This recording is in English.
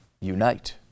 unite